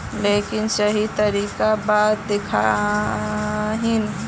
लेकिन सही तरीका बता देतहिन?